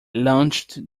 launched